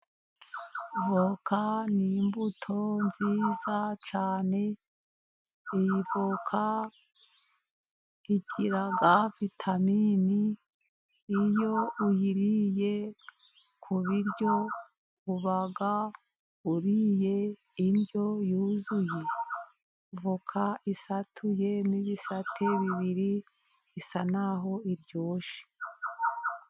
Voka ni imbuto nziza cyane, ivoka igira vitaminini, iyo uyiriye ku biryo uba uriye indyo yuzuye. Voka isatuyemo ibisate bibiri, isa n'aho iryoshye.